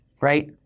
right